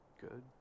good